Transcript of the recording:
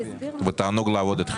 ותענוג לעבוד אתכם.